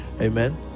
Amen